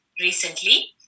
recently